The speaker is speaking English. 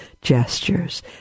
gestures